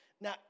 now